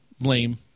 Blame